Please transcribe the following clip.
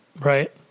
Right